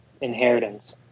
inheritance